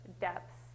depths